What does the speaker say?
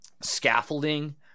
scaffolding